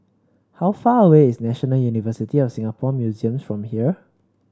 how far away is National University of Singapore Museums from here